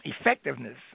effectiveness